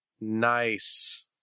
Nice